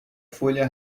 folha